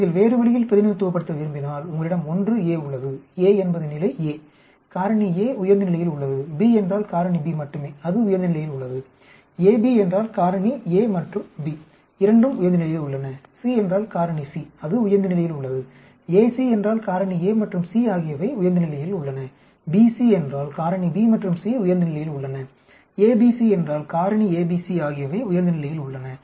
நீங்கள் வேறு வழியில் பிரதிநிதித்துவப்படுத்த விரும்பினால் உங்களிடம் 1A உள்ளது A என்பது நிலை A காரணி A உயர்ந்த நிலையில் உள்ளது B என்றால் காரணி B மட்டுமே அது உயர்ந்த நிலையில் உள்ளது AB என்றால் காரணி A மற்றும் B இரண்டும் உயர்ந்த நிலையில் உள்ளன C என்றால் காரணி C அது உயர்ந்த நிலையில் உள்ளது AC என்றால் காரணி A மற்றும் C ஆகியவை உயர்ந்த நிலையில் உள்ளன B C என்றால் காரணி B மற்றும் C உயர்ந்த நிலையில் உள்ளன ABC என்றால் காரணி A B C ஆகியவை உயர்ந்த நிலையில் உள்ளன